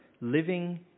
living